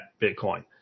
Bitcoin